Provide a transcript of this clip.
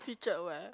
featured where